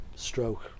stroke